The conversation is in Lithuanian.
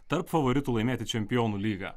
tarp favoritų laimėti čempionų lygą